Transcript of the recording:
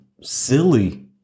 silly